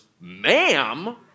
ma'am